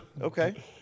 Okay